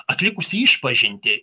atlikusi išpažintį